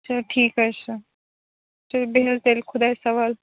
چلو ٹھیٖک حظ چھُ تُلیو بِہو تیٚلہِ خۄدایس حوال